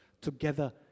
together